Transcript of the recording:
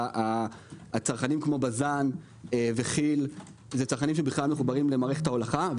צרכנים כמו בז"ן וכי"ל מחוברים למערכת ההולכה.